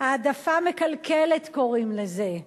"העדפה מקלקלת" קוראים לזה,